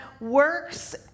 works